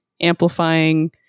amplifying